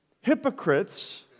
hypocrites